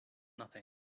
nothing